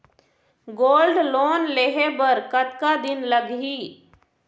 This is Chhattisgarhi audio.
गोल्ड लोन लेहे बर कतका दिन लगही?